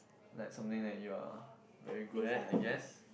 like something that you're very good at I guess